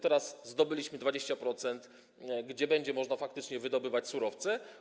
Teraz zdobyliśmy 20% i będzie można faktycznie wydobywać surowce.